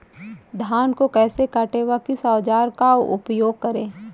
धान को कैसे काटे व किस औजार का उपयोग करें?